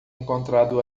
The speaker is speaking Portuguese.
encontrado